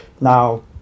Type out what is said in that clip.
Now